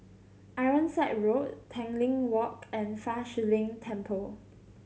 Ironside Road Tanglin Walk and Fa Shi Lin Temple